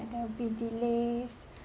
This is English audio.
and there'll be delays